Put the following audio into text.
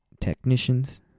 technicians